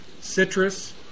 citrus